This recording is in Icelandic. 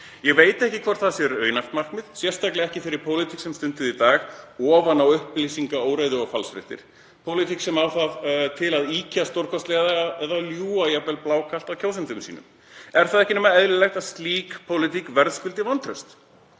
Ég veit ekki hvort það er raunhæft markmið, sérstaklega ekki í þeirri pólitík sem stunduð er í dag, ofan á upplýsingaóreiðu og falsfréttir, pólitík sem á það til að ýkja stórkostlega eða ljúga jafnvel blákalt að kjósendum sínum. Er það nokkuð nema eðlilegt að slík pólitík verðskuldi vantraust?